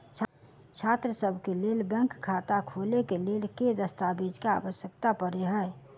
छात्रसभ केँ लेल बैंक खाता खोले केँ लेल केँ दस्तावेज केँ आवश्यकता पड़े हय?